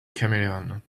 chameleon